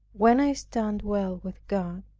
when i stand well with god,